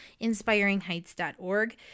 inspiringheights.org